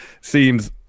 seems